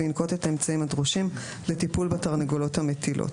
וינקוט אתה אמצעים הדרושים לטיפול בתרנגולות המטילות.